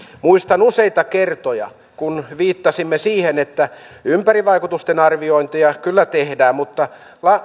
muistan useita kertoja kun viittasimme siihen että ympäristövaikutusten arviointeja kyllä tehdään mutta